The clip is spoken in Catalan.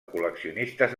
col·leccionistes